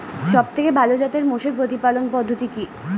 সবথেকে ভালো জাতের মোষের প্রতিপালন পদ্ধতি কি?